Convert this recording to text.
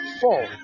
Four